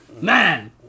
man